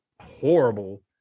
horrible